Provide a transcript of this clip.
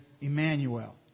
Emmanuel